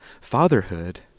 fatherhood